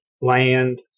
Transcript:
land